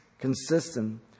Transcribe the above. consistent